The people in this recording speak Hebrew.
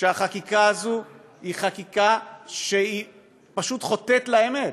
שהחקיקה הזאת היא חקיקה שפשוט חוטאת לאמת.